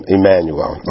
Emmanuel